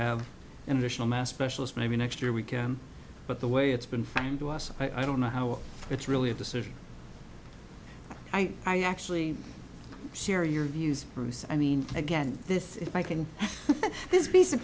have an additional mass specialist maybe next year we can but the way it's been friend to us i don't know how it's really a decision i actually share your views bruce i mean again this if i can